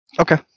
Okay